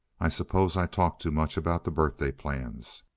i suppose i talked too much about the birthday plans.